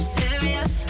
serious